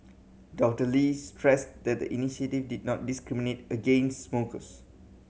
Doctor Lee stressed that the initiative did not discriminate against smokers